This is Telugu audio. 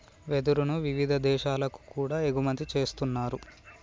వెదురును వివిధ దేశాలకు కూడా ఎగుమతి చేస్తున్నారు